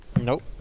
Nope